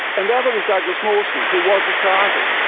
and the other was douglas mawson who was a scientist.